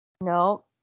no